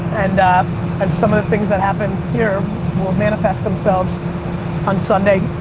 and um and some of the things that happened here will manifest themselves on sunday